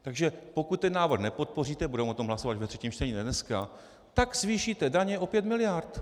Takže pokud ten návrh nepodpoříte, budeme o tom hlasovat ve třetím čtení, ne dneska, tak zvýšíte daně o 5 mld.!